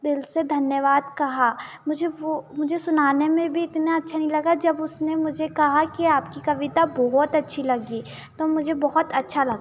दिल से धन्यवाद कहा मुझे वो मुझे सुनाने में भी इतना अच्छा नहीं लगा जब उसने मुझे कहा की आपकी कविता बहुत अच्छी लगी तो मुझे बहुत अच्छा लगा